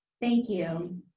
thank you.